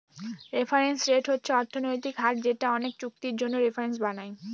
reference rate হচ্ছে অর্থনৈতিক হার যেটা অনেকে চুক্তির জন্য রেফারেন্স বানায়